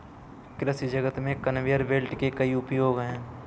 कृषि जगत में कन्वेयर बेल्ट के कई उपयोग हैं